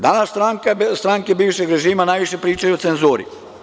Danas stranke bivšeg režima najviše pričaju o cenzuri.